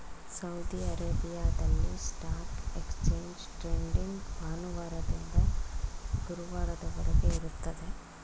Saudi ಅರೇಬಿಯಾದಲ್ಲಿ stock exchange trading ಭಾನುವಾರದಿಂದ ಗುರುವಾರದವರೆಗೆ ಇರುತ್ತದೆ